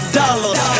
dollars